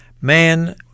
man